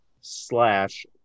slash